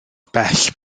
bell